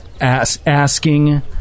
asking